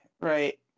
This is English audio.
right